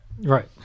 Right